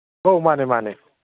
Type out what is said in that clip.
ꯑꯧ ꯃꯥꯅꯦ ꯃꯥꯅꯦ